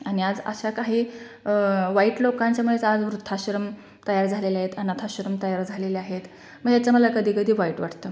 आणि आज अशा काही वाईट लोकांच्यामुळेच आज वृद्धाश्रम तयार झालेले आहेत अनाथ आश्रम तयार झालेले आहेत मग याचं मला कधी कधी वाईट वाटतं